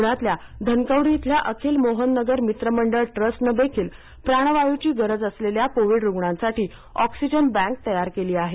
पुण्यातल्या धनकवडी इथल्या अखिल मोहन नगर मित्र मंडळ ट्रस्टनं देखील प्राणवाय्ची गरज असलेल्या कोविड रुग्णांसाठी अॅक्सिजन बँक तयार केली आहे